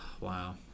Wow